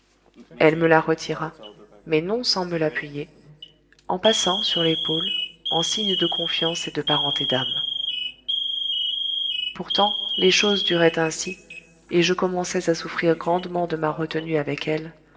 elle me la retira mais non sans me l'appuyer en passant sur l'épaule en signe de confiance et de parenté d'âme pourtant les choses duraient ainsi et je commençais à souffrir grandement de ma retenue avec elle